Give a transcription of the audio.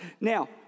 Now